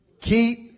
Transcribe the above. Keep